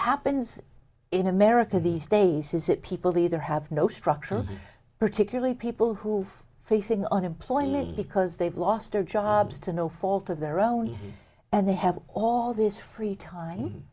happens in america these days is it people either have no structure particularly people who've facing unemployment because they've lost their jobs to no fault of their own and they have all this free time